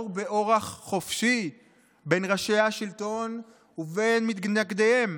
באורח חופשי בין ראשי השלטון לבין מתנגדיהם?